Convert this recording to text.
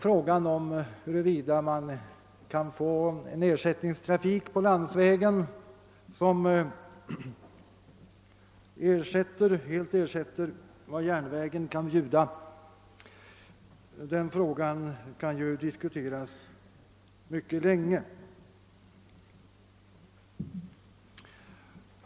Frågan huruvida man i stället kan få trafik på landsvägen som helt ersätter järnvägstrafiken kan diskuteras.